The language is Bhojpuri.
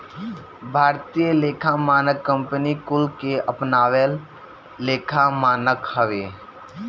भारतीय लेखा मानक कंपनी कुल के अपनावल लेखा मानक हवे